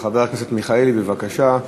חבר הכנסת מיכאלי, בבקשה.